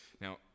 Now